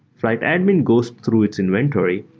flyte admin goes through its inventory,